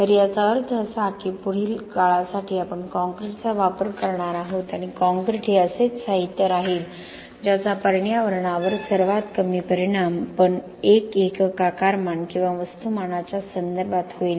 तर याचा अर्थ असा की पुढील काळासाठी आपण काँक्रीटचा वापर करणार आहोत आणि काँक्रीट हे असेच साहित्य राहील ज्याचा पर्यावरणावर सर्वात कमी परिणाम एक एकक आकारमान किंवा वस्तुमानाच्या संदर्भात होईल